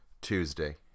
Tuesday